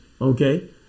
okay